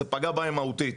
זה פגע בהם מהותית.